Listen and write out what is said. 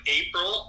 april